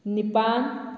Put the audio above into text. ꯅꯤꯄꯥꯜ